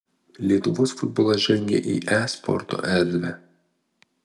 lietuvos futbolas žengia į e sporto erdvę